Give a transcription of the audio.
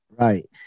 Right